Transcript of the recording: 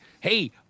hey